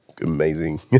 amazing